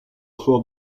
fort